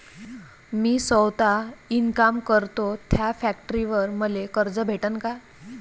मी सौता इनकाम करतो थ्या फॅक्टरीवर मले कर्ज भेटन का?